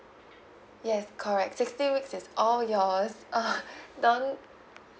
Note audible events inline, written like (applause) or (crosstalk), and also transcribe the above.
yes correct sixteen weeks is all yours ah (noise) don't